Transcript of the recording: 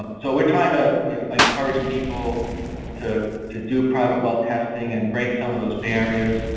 ah so we're trying to encourage people to to do private well testing and break some of those barriers,